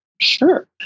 Sure